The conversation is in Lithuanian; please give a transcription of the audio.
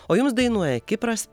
o jums dainuoja kipras